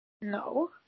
No